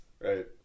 right